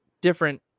different